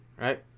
right